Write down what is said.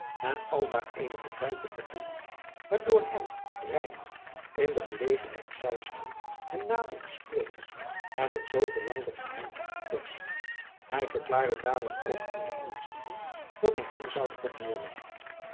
en aldaar eenigen tijd te vertoeven waardoor hij reinout in de gelegenheid zou zijn hem nader te spreken en het zoo verlangde geheim af te persen hij verklaarde daarom ook aan de ambtslieden dat hij hen zoude vergezellen